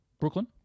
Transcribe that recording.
Brooklyn